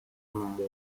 مرده